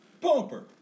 Pumper